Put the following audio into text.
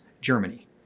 Germany